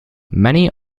many